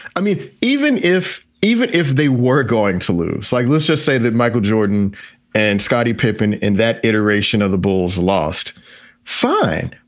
i mean, even if even if they were going to lose sight, like let's just say that michael jordan and scottie pippen in that iteration of the bulls lost fine.